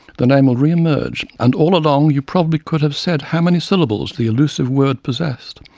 the name will re-emerge, and all along you probably could have said how many syllables the elusive word possessed,